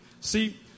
See